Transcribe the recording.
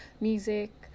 music